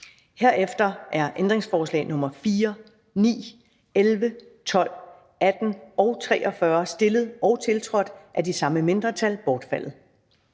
Herefter er ændringsforslag nr. 4, 9, 11, 12, 18 og 43, stillet og tiltrådt af de samme mindretal, bortfaldet.